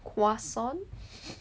croissant